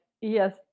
yes